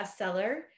bestseller